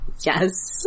Yes